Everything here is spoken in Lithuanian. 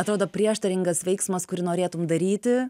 atrodo prieštaringas veiksmas kurį norėtum daryti